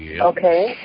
Okay